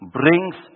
brings